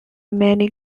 many